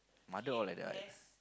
mother all like that right